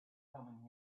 coming